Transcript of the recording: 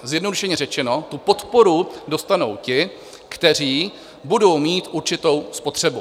Zjednodušeně řečeno, tu podporu dostanou ti, kteří budou mít určitou spotřebu.